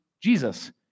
Jesus